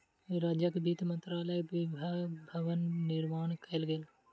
राज्यक वित्त मंत्रालयक भव्य भवन निर्माण कयल गेल